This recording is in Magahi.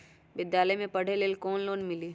विद्यालय में पढ़े लेल कौनो लोन हई?